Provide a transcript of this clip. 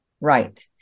Right